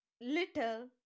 little